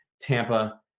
Tampa